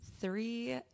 Three